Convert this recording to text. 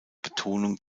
betonung